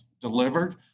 delivered